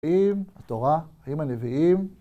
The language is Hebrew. האם התורה, הם הנביאים?